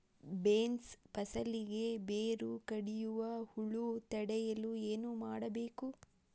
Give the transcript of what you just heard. Beans ಫಸಲಿಗೆ ಬೇರು ಕಡಿಯುವ ಹುಳು ತಡೆಯಲು ಏನು ಮಾಡಬೇಕು?